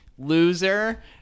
loser